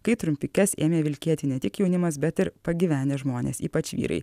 kai trumpikes ėmė vilkėti ne tik jaunimas bet ir pagyvenę žmonės ypač vyrai